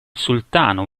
sultano